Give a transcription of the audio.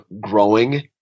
growing